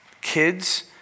kids